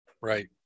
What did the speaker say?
Right